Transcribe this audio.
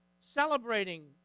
celebrating